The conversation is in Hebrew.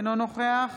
אינו נוכח